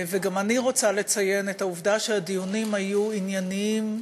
וגם אני רוצה לציין את העובדה שהדיונים היו ענייניים,